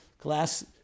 glass